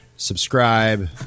subscribe